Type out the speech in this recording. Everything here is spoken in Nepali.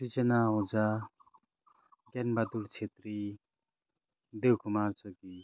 सृजना ओझा तेनबहादुर छेत्री देवकुमार छेत्री